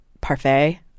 parfait